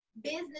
business